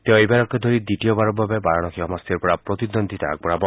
তেওঁ এইবাৰকে ধৰি দ্বিতীয়বাৰৰ বাবে বাৰাণসী সমষ্টিৰ পৰা প্ৰতিদ্বন্দ্বিতা আগবঢ়াব